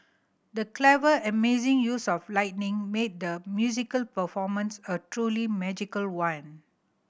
the clever amazing use of lighting made the musical performance a truly magical one